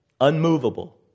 unmovable